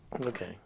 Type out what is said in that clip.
Okay